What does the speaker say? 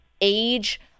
age